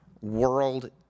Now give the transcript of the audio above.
World